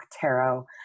Tarot